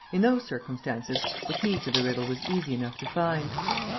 in those circumstances, the key to the riddle was easy enough to find.